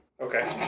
Okay